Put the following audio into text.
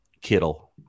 kittle